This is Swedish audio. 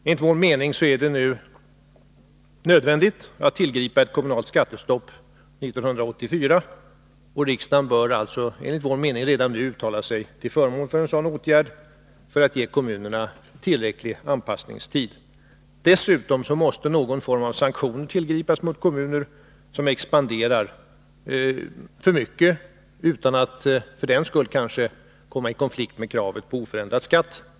Enligt vår mening är det nödvändigt att tillgripa ett kommunalt skattestopp 1984. Riksdagen bör alltså redan nu uttala sig till förmån för en sådan åtgärd, för att ge kommunerna tillräcklig anpassningstid. Dessutom måste någon form av sanktion tillgripas mot kommuner som expanderar för mycket utan att för den skull komma i konflikt med kravet på oförändrad skatt.